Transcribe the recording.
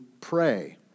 pray